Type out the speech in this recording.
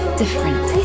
different